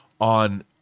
on